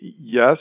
yes